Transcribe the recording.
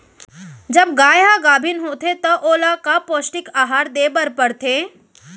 जब गाय ह गाभिन होथे त ओला का पौष्टिक आहार दे बर पढ़थे?